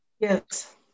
Yes